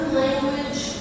language